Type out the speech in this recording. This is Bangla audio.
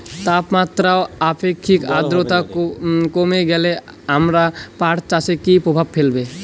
তাপমাত্রা ও আপেক্ষিক আদ্রর্তা কমে গেলে আমার পাট চাষে কী প্রভাব ফেলবে?